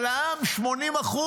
אבל העם, 80%,